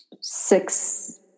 six